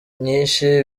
nyinshi